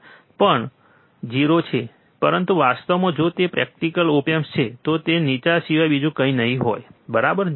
આ પણ 0 છે પરંતુ વાસ્તવમાં જો તે પ્રેક્ટિકલ ઓપ એમ્પ છે તો તે નીચા સિવાય બીજું કંઈ નહીં હોય બરાબર